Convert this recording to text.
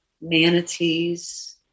manatees